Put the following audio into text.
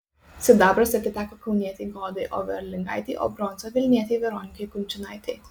sidabras atiteko kaunietei godai overlingaitei o bronza vilnietei veronikai kunčinaitei